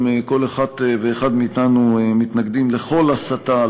גם כל אחת ואחד מאתנו מתנגדים לכל הסתה,